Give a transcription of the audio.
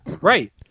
right